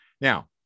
Now